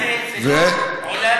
במקרה הזה זה לא עולל.